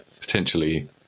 potentially